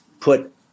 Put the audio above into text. put